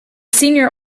senior